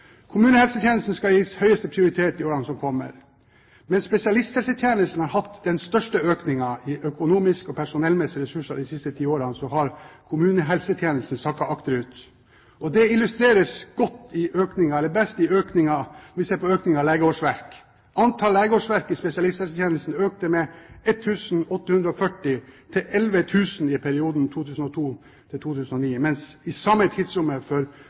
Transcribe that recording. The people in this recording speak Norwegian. Kommunehelsetjenesten skal gis høyeste prioritet i årene som kommer. Mens spesialisthelsetjenesten har hatt den største økningen i økonomiske og personellmessige ressurser de siste ti årene, har kommunehelsetjenesten sakket akterut. Det illustreres best når vi ser på økningen av legeårsverk. Antall legeårsverk i spesialisthelsetjenesten økte med 1 840, til 11 000 i perioden 2002–2009, mens det i det samme tidsrommet for